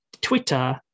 Twitter